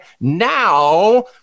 now